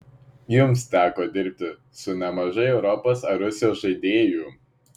jums teko dirbti su nemažai europos ar rusijos žaidėjų